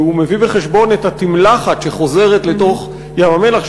כי הוא מביא בחשבון את התמלחת שחוזרת לתוך ים-המלח,